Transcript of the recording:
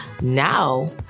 now